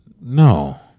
No